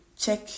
check